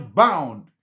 bound